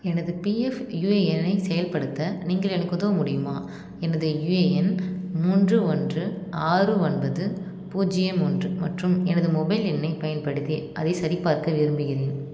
எனது PF UAN ஐ செயல்படுத்த நீங்கள் எனக்கு உதவ முடியுமா எனது யுஏஎன் எண் மூன்று ஒன்று ஆறு ஒன்பது பூஜ்யம் ஒன்று மற்றும் எனது மொபைல் எண்ணை பயன்படுத்தி அதை சரிபார்க்க விரும்புகின்றேன்